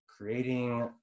creating